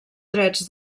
drets